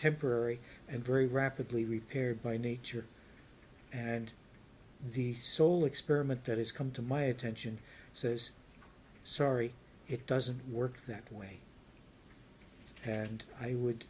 temporary and very rapidly repaired by nature and the sole experiment that has come to my attention says sorry it doesn't work that way and i would